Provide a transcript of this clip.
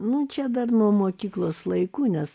nu čia dar nuo mokyklos laikų nes